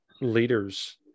leaders